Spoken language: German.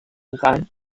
rein